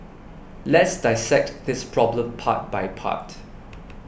let's dissect this problem part by part